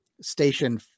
station